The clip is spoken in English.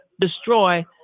destroy